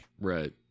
Right